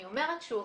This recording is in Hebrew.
אני אומרת שוב,